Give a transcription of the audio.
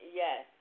yes